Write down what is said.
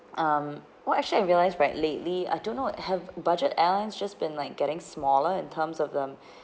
um well actually I realised right lately I do not have budget airlines just been like getting smaller in terms of them